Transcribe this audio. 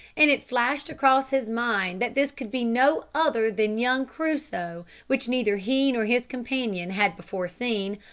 and it flashed across his mind that this could be no other than young crusoe, which neither he nor his companion had before seen,